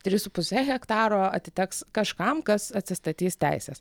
trys su puse hektaro atiteks kažkam kas atsistatys teises